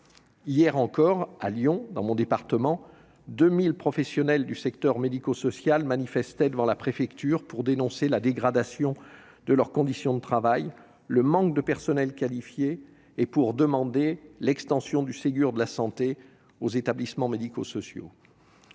Hier encore, à Lyon, dans mon département, 2 000 professionnels du secteur médico-social manifestaient devant la préfecture pour dénoncer la dégradation de leurs conditions de travail et le manque de personnel qualifié et pour demander l'extension du Ségur de la santé aux établissements médico-sociaux.